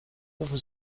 rufen